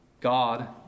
God